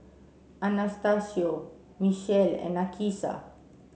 Anastacio Mechelle and Nakisha